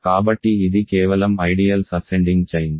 కాబట్టి ఇది కేవలం ఐడియల్స్ అసెండింగ్ చైన్